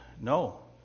no